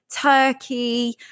Turkey